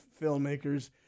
filmmakers